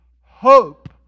hope